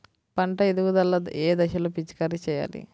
పంట ఎదుగుదల ఏ దశలో పిచికారీ చేయాలి?